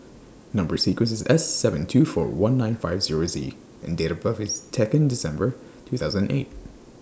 Number sequence IS S seven two four one nine five Zero Z and Date of birth IS Second December two thousand and eight